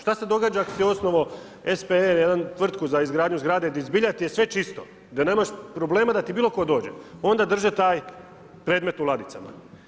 Šta se događa ako si osnovao SPE, jednu tvrtku, za izgradnju zgrade, gdje zbilja ti je sve čisto, da nemaš problema da ti bilo tko dođe, onda drže taj predmet u ladicama.